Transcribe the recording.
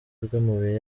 bw’amabuye